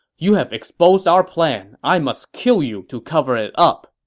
you have exposed our plan. i must kill you to cover it up!